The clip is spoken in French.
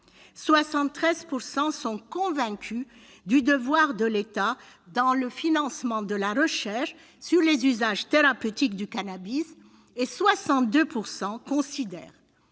73 % sont convaincus du devoir de l'État en matière de financement de la recherche sur les usages thérapeutiques du cannabis et 62 % considèrent